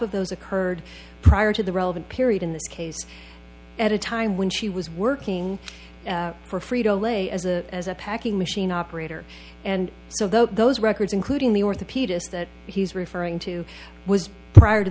of those occurred prior to the relevant period in this case at a time when she was working for freedom lay as a as a packing machine operator and so those records including the orthopedist that he's referring to was prior to